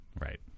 Right